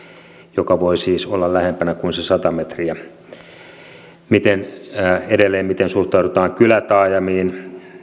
joka voi siis olla lähempänä kuin se sata metriä edelleen miten suhtaudutaan kylätaajamiin